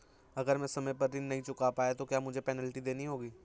अगर मैं समय पर ऋण नहीं चुका पाया तो क्या मुझे पेनल्टी देनी होगी?